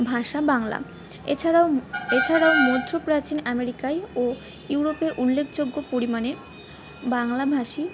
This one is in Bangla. ভাষা বাংলা এছাড়াও এছাড়াও মধ্য প্রাচীন আমেরিকায় ও ইউরোপে উল্লেখযোগ্য পরিমাণে বাংলাভাষী